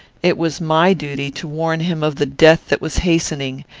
it was my duty to warn him of the death that was hastening,